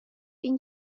این